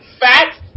fat